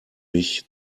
mich